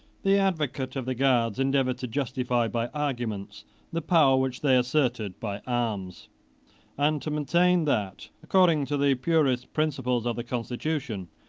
the advocate of the guards endeavored to justify by arguments the power which they asserted by arms and to maintain that, according to the purest principles of the constitution,